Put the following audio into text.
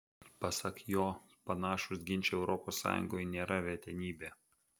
pasak jo panašūs ginčai europos sąjungoje nėra retenybė